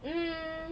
mm